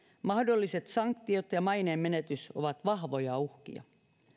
mahdolliset sanktiot ja maineen menetys ovat vahvoja uhkia